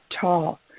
tall